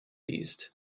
beast